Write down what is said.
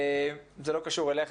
זה לא קשור אליך,